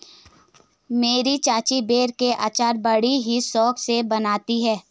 मेरी चाची बेर के अचार बड़ी ही शौक से बनाती है